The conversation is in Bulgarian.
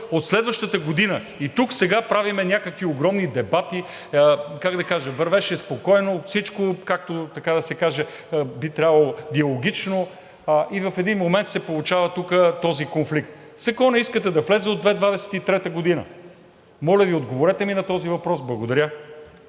от следващата година. И тук сега правим някакви огромни дебати… Как да кажа, вървеше спокойно всичко, както би трябвало, така да се каже, диалогично и в един момент тук се получава този конфликт. Законът искате да влезе от 2023 г. Моля Ви, отговорете ми на този въпрос. Благодаря.